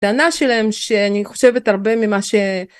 הטענה שלהם שאני חושבת הרבה ממה ש...